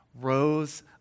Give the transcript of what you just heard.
rose